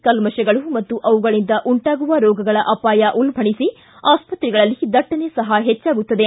ಕಲ್ಮಷಗಳು ಮತ್ತು ಅವುಗಳಿಂದ ಉಂಟಾಗುವ ರೋಗಗಳ ಅಪಾಯ ಉಲ್ಪಣಿಸಿ ಆಸ್ಪತ್ರೆಗಳಲ್ಲಿ ದಟ್ಟಣೆ ಸಹ ಹೆಚ್ಚಾಗುತ್ತದೆ